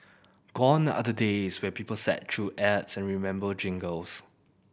gone are the days when people sat through ads and remembered jingles